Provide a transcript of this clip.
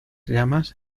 llamas